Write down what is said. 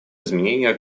изменения